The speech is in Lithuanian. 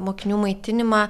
mokinių maitinimą